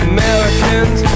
Americans